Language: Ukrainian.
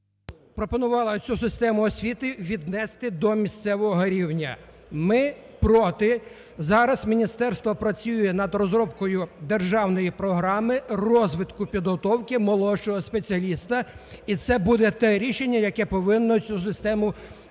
пропонувало цю систему освіти віднести до місцевого рівня. Ми проти. Зараз міністерство працює над розробкою Державної програми розвитку, підготовки молодшого спеціаліста, і це буде те рішення, яке повинно цю систему не